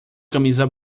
camisa